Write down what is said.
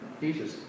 Jesus